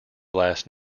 last